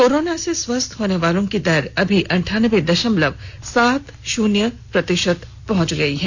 corona से स्वस्थ होने वालों की दर अभी अंठानबे दशमलव सात शून्य पहुंच गई है